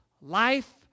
life